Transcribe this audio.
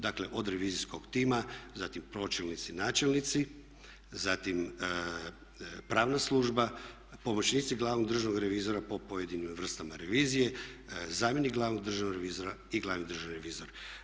Dakle, od revizijskog tima zatim pročelnici, načelnici, zatim pravna služba, pomoćnici glavnog državnog revizora po pojedinim vrstama revizije, zamjenik glavnog državnog revizora i glavni državi revizor.